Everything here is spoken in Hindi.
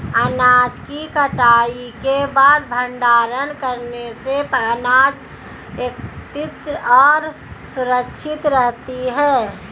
अनाज की कटाई के बाद भंडारण करने से अनाज एकत्रितऔर सुरक्षित रहती है